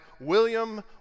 William